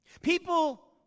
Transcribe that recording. People